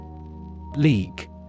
League